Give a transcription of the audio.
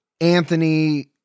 Anthony